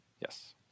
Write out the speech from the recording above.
Yes